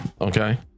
Okay